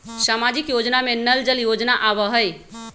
सामाजिक योजना में नल जल योजना आवहई?